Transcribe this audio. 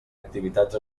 activitats